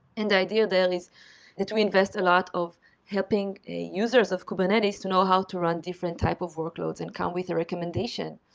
and idea there is that we invest a lot of helping users of kubernetes to know how to run different type of workloads and come with a recommendation.